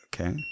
Okay